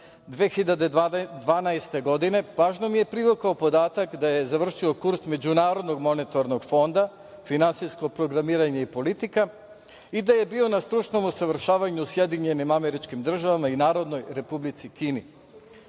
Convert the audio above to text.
2012. godine, pažnju mi je privukao podatak da je završio kurs Međunarodnog monetarnog fonda, finansijsko programiranje i politika i da je bio na stručnom usavršavanju u SAD i Narodnoj Republici